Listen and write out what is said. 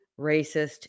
racist